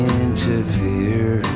interfere